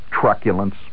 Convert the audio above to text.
truculence